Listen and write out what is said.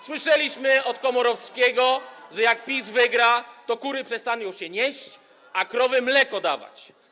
Słyszeliśmy od Komorowskiego, że jak PiS wygra, to kury przestaną już się nieść, a krowy mleko dawać.